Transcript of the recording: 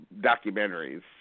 documentaries